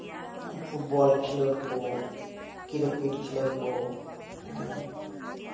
football ᱠᱷᱮᱞᱳᱰ ᱠᱚ cricket ᱠᱷᱮᱞᱳᱰ ᱠᱚ ᱦᱮᱸ